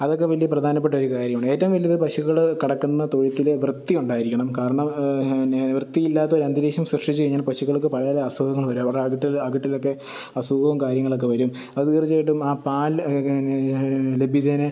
അതൊക്കെ വലിയ പ്രധാനപ്പെട്ട ഒരു കാര്യമാണ് ഏറ്റവും വലുത് പശുക്കൾ കിടക്കുന്ന തൊഴുത്തിൽ വൃത്തി ഉണ്ടായിരിക്കണം കാരണം പിന്നെ വൃത്തി ഇല്ലാത്ത ഒരന്തരീക്ഷം സൃഷ്ടിച്ചു കഴിഞ്ഞാല് പശുക്കള്ക്ക് പലപല അസുഖങ്ങൾ വരും അവരുടെ അകിട്ടില് അകിട്ടിലൊക്കെ അസുഖവും കാര്യങ്ങളൊക്കെ വരും അതു തീര്ച്ചയായിട്ടും ആ പാല് ലഭ്യതേനെ